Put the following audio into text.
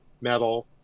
metal